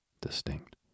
distinct